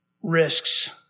risks